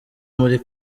muri